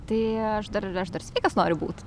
tai aš dar aš dar sveikas noriu būt